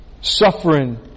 suffering